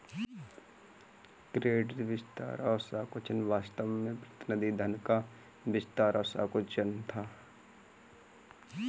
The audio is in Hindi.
क्रेडिट विस्तार और संकुचन वास्तव में प्रतिनिधि धन का विस्तार और संकुचन था